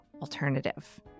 alternative